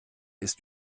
ist